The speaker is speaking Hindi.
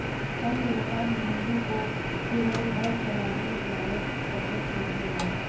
फल के व्यापार में मंटू को केवल घर चलाने लायक बचत होती है